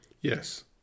Yes